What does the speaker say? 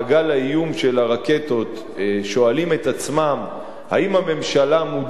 האיום של הרקטות שואלים את עצמם אם הממשלה מודעת